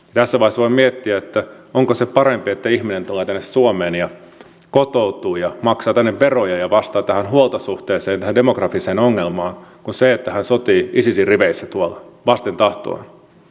tässä vaiheessa voi miettiä onko se parempi että ihminen tulee tänne suomeen ja kotoutuu ja maksaa tänne veroja ja vastaa tähän huoltosuhteeseen tähän demografiseen ongelmaan kuin se että hän sotii isisin riveissä tuolla vasten tahtoaan